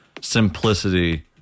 simplicity